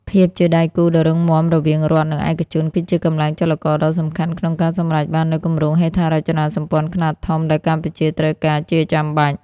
ភាពជាដៃគូដ៏រឹងមាំរវាងរដ្ឋ និងឯកជន គឺជាកម្លាំងចលករដ៏សំខាន់ក្នុងការសម្រេចបាននូវគម្រោងហេដ្ឋារចនាសម្ព័ន្ធខ្នាតធំ ដែលកម្ពុជាត្រូវការជាចាំបាច់។